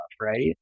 right